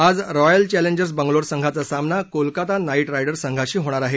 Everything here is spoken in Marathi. आज रॉयल चॅलेजर्स बंगलोर संघाचा सामना कोलकाता नाईट रायडर्स संघाशी होणार आहे